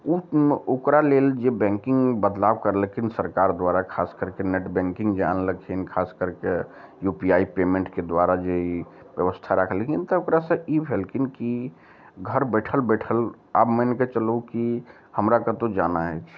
ओ ओकरा लेल जे बैंकिंग बदलाव करलखिन सरकार द्वारा खास करके नेट बैंकिंग जे आनलखिन खास करके यू पी आइ पेमेन्टके द्वारा जे ई व्यवस्था राखलखिन तऽ ओकरा सऽ ई भेलखिन की घर बैठल बैठल आब मानि कऽ चलू की हमरा कतौ जाना अछि